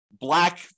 black